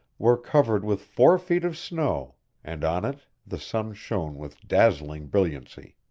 were covered with four feet of snow and on it the sun shone with dazzling brilliancy.